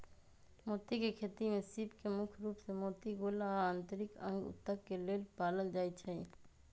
मोती के खेती में सीप के मुख्य रूप से मोती गोला आ आन्तरिक अंग उत्तक के लेल पालल जाई छई